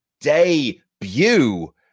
debut